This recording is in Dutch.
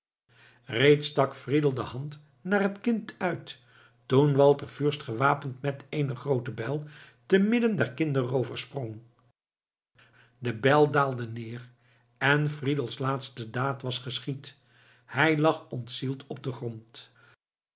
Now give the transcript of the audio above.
stak friedel de hand naar het kind uit toen walter fürst gewapend met eene groote bijl te midden der kinderroovers sprong de bijl daalde neer en friedels laatste daad was geschied hij lag ontzield op den grond